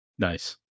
Nice